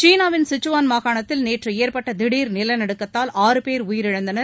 சீனாவின் சிச்சுவான் மாகாணத்தில் நேற்று ஏற்பட்ட திஃர் நிலநடுக்கத்தில் ஆறு பேர் உயிரிழந்தனர்